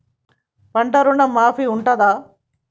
పంట ఋణం మాఫీ ఉంటదా?